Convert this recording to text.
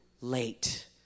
late